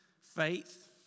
Faith